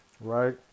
right